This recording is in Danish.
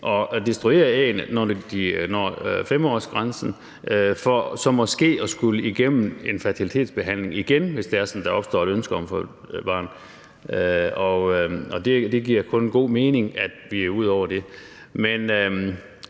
at destruere æggene, når de når 5-årsgrænsen, for så måske at skulle igennem en fertilitetsbehandling igen, hvis det er sådan, at der opstår et ønske om at få et barn. Og det giver kun god mening, at vi er ude over det.